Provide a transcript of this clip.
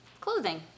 clothing